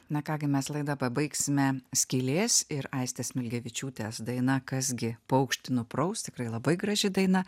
na ką gi mes laidą pabaigsimeskylės ir aistės smilgevičiūtės daina kas gi paukštį nupraus tikrai labai graži daina